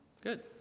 Good